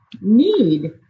need